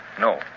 no